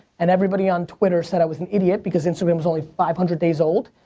and everybody on twitter said i was an idiot because instagram's only five hundred days old.